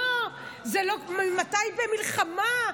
לא, ממתי המלחמה?